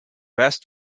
best